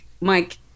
Mike